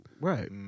Right